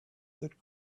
that